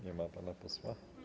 Nie ma pana posła.